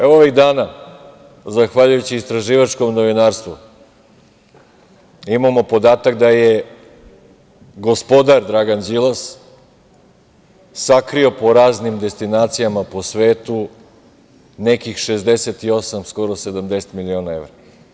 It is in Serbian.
Evo, ovih dana, zahvaljujući istraživačkom novinarstvu, imamo podatak da je gospodar Dragan Đilas sakrio po raznim destinacijama po svetu nekih 68 skoro 70 miliona evra.